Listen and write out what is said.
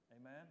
Amen